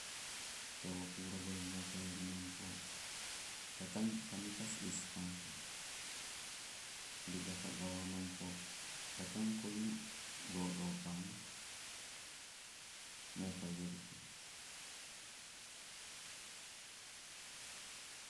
Tewo kulagoi mokai aliampo ka tang kamekas wesi ako, lega ka gawamampo ka tang koina lolobama mokai aliko.